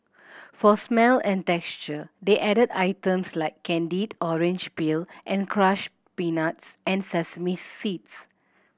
for smell and texture they added items like candied orange peel and crushed peanuts and sesame seeds